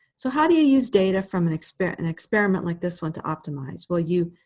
so how do you use data from an experiment experiment like this one to optimize? well, you,